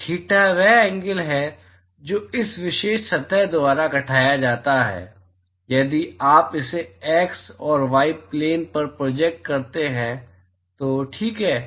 तो थीटा वह एंगल है जो इस विशेष सतह द्वारा घटाया जाता है यदि आप इसे x और y प्लेन पर प्रोजेक्ट करते हैं तो ठीक है